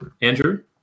Andrew